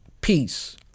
peace